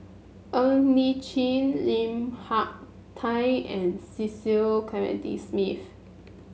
Ng Li Chin Lim Hak Tai and Cecil Clementi Smith